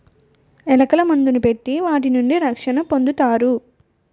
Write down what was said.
ఎలకల మందుని పెట్టి వాటి నుంచి రక్షణ పొందుతారు